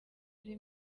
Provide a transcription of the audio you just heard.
ari